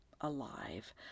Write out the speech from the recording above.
alive